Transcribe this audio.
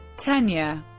tenure